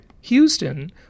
Houston